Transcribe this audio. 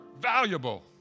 valuable